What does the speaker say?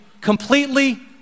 completely